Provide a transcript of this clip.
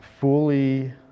fully